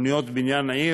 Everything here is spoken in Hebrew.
תוכניות בניין עיר,